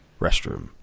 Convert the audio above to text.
restroom